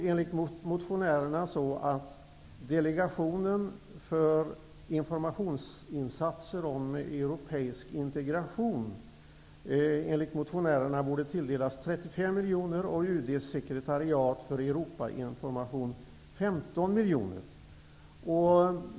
Enligt motionärerna borde Delgationen för informationsinsatser om europeisk integration tilldelas 35 miljoner och UD:s sekretariat för Europainformation 15 miljoner.